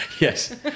Yes